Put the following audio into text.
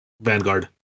Vanguard